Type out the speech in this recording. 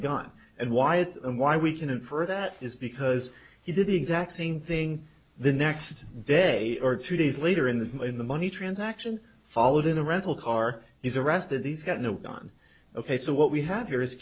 gun and why it and why we can infer that is because he did the exact same thing the next day or two days later in the in the money transaction followed in a rental car he's arrested he's got no gun ok so what we have here is